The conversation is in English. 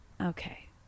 Okay